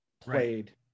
played